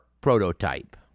prototype